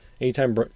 anytime